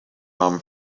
arm